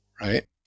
right